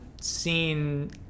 seen